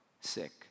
sick